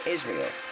Israel